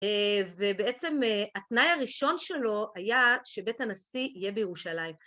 ובעצם התנאי הראשון שלו היה שבית הנשיא יהיה בירושלים.